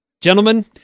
Gentlemen